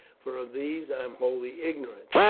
for of these i am wholly ignorant.